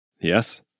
Yes